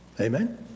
Amen